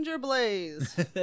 blaze